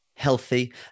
Healthy